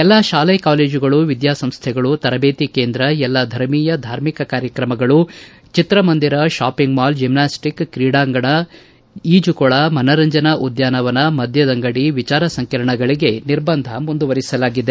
ಎಲ್ಲಾ ಶಾಲಾ ಕಾಲೇಜುಗಳು ವಿದ್ಯಾ ಸಂಸ್ಥೆಗಳು ತರಬೇತಿ ಕೇಂದ್ರ ಎಲ್ಲ ಧರ್ಮೀಯ ಧಾರ್ಮಿಕ ಕಾರ್ಯಕ್ರಮಗಳು ಚಿತ್ರಮಂದಿರ ಶಾಪಿಂಗ್ ಮಾಲ್ ಜಿಮನಾಸ್ಟಿಕ್ ಕ್ರೀಡಾ ಸಂಕೀರ್ಣ ಈಜುಕೊಳ ಮನರಂಜನಾ ಉದ್ದಾನವನ ಮದ್ಭದಂಗಡಿ ವಿಚಾರ ಸಂಕಿರಣಗಳಿಗೆ ನಿರ್ಬಂಧ ಮುಂದುವರಿಸಲಾಗಿದೆ